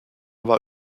war